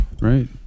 right